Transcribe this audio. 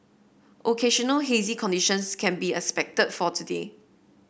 occasional hazy conditions can be expected for today